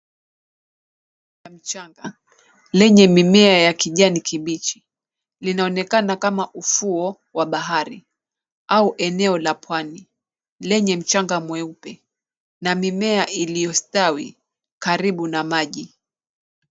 Mchanga lenye mimea ya kijani kibichi linaonekana kama ufuo wa bahari au eneo la pwani lenye mchanga mweupe na mimea iliyo stawi karibu na maji.